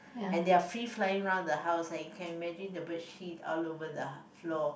and they are free flying around the house you can imagine the bird shit all over the floor